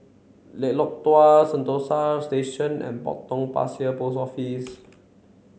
Dua Sentosa Station and Potong Pasir Post Office